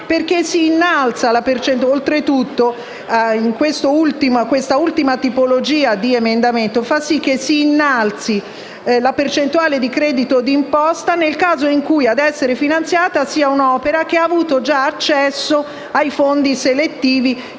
beneficio, la percentuale di credito d’imposta si innalza nel caso in cui ad essere finanziata sia un’opera che ha avuto già accesso ai fondi selettivi,